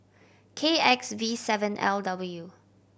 K X V seven L W